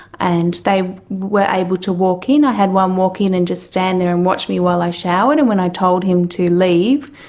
and they were able to walk in. i had one walk in and just stand there and watch me while i showered. and when i told him to leave,